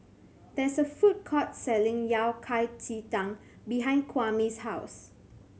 there is a food court selling Yao Cai ji tang behind Kwame's house